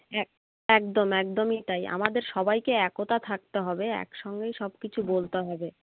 এক একদম একদমই তাই আমাদের সবাইকেে একতা থাকতে হবে একসঙ্গেই সব কিছু বলতে হবে